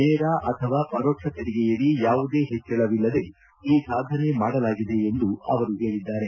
ನೇರ ಅಥವಾ ಪರೋಕ್ಷ ತೆರಿಗೆಯಡಿ ಯಾವುದೇ ಹೆಚ್ಚಳವಿಲ್ಲದೇ ಈ ಸಾಧನೆ ಮಾಡಲಾಗಿದೆ ಎಂದು ಅವರು ಹೇಳಿದ್ದಾರೆ